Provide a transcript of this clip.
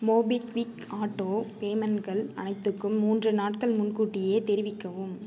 MobiKwik auto பேமெண்ட்கள் அனைத்துக்கும் மூன்று நாட்கள் முன்கூட்டியே தெரிவிக்கவும்